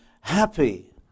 happy